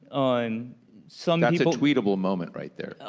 on some that's a tweetable moment right there.